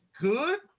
good